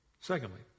Secondly